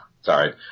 sorry